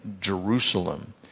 Jerusalem